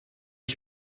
ich